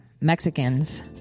Mexicans